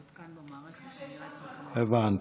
הבנתי.